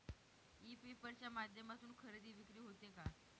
E paper च्या माध्यमातून खरेदी विक्री होते का?